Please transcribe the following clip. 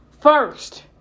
first